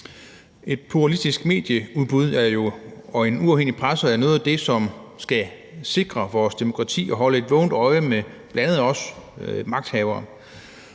Et pluralistisk medieudbud og en uafhængig presse er jo noget af det, som skal sikre vores demokrati og holde et vågent øje, bl.a. med os magthavere.